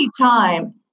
time